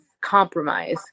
compromise